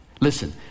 Listen